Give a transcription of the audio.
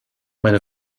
meine